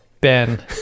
Ben